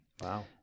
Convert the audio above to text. Wow